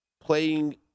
playing